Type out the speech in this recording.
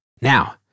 Now